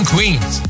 Queens